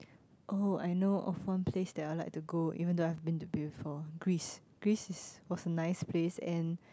oh I know a fun place that I'd like to go even though I've been to it before Greece Greece is was a nice place and